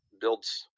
builds